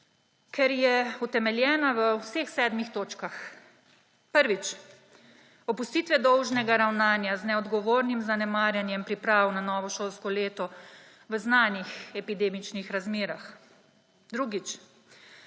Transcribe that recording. ker je utemeljena v vseh sedmih točkah. Prvič: opustitve dolžnega ravnanja z neodgovornim zanemarjanjem priprav na novo šolsko leto v znanih epidemičnih razmerah. Drugič: